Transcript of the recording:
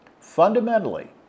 fundamentally